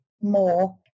more